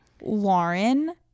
Lauren